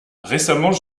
récemment